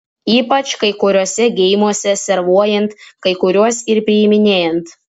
ypač kai kuriuose geimuose servuojant kai kuriuos ir priiminėjant